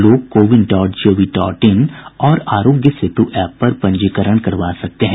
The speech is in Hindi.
लोग CoWIN dot G O V dot in और आरोग्य सेतु एप पर पंजीकरण करवा सकते हैं